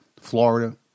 Florida